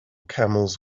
camels